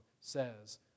says